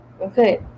Okay